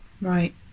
Right